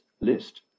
list